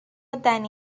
دنی